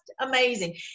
amazing